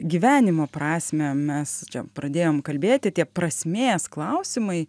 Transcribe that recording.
gyvenimo prasmę mes čia pradėjom kalbėti tie prasmės klausimai